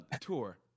tour